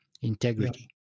integrity